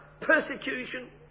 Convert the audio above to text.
persecution